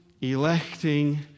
electing